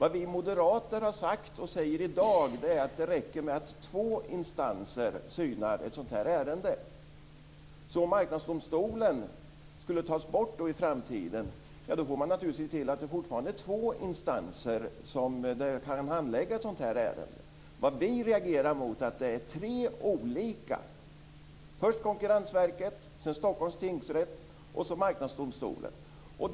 Vad vi moderater har sagt och säger i dag är att det räcker med att två instanser synar ett sådant här ärende. Vad vi reagerar mot är att det finns tre olika instanser - först Konkurrensverket, sedan Stockholms tingsrätt och sedan Marknadsdomstolen.